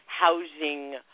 housing